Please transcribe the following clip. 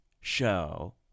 show